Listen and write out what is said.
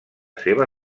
seva